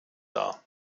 dar